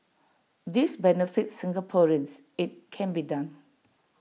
this benefits Singaporeans IT can be done